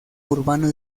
urbano